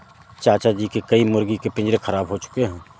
चाचा जी के कई मुर्गी के पिंजरे खराब हो चुके हैं